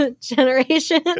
generation